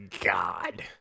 God